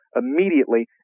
immediately